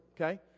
okay